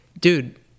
dude